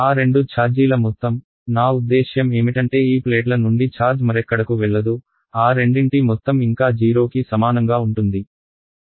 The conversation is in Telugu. ఆ రెండు ఛార్జీల మొత్తం నా ఉద్దేశ్యం ఏమిటంటే ఈ ప్లేట్ల నుండి ఛార్జ్ మరెక్కడకు వెళ్ళదు ఆ రెండింటి మొత్తం ఇంకా 0 కి సమానంగా ఉంటుంది